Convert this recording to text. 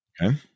Okay